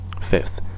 Fifth